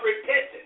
repentance